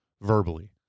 verbally